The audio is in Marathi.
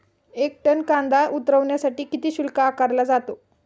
एक टन कांदा उतरवण्यासाठी किती शुल्क आकारला जातो?